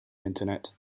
internet